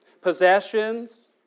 Possessions